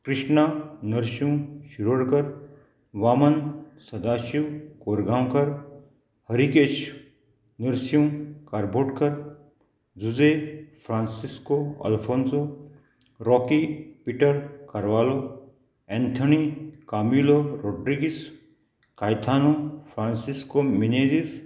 Krishna Narsinv Shirodkar Vaman Sadashiv Korgaonkar Harikesh Narsinv Karbotkar Jose Francisco Alfonso Rocky Peter Carvalho Anthony Camilo Rodrigues Caetano Francisco Menezes